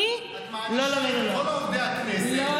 אם את מענישה, את מענישה את כל עובדי הכנסת, אני?